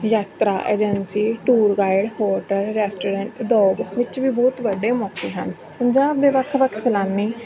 ਯਾਤਰਾ agency tour guide hotel restaurant Doab ਵਿੱਚ ਵੀ ਬਹੁਤ ਵੱਡੇ ਮੌਕੇ ਹਨ ਪੰਜਾਬ ਦੇ ਵੱਖ ਵੱਖ ਸੈਲਾਨੀ